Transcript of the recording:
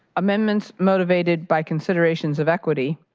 amendments motivated by considerations of equity,